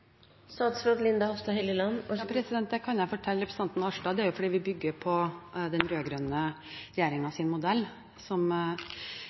Det kan jeg fortelle representanten Arnstad: Det er fordi vi bygger på den rød-grønne regjeringens modell, som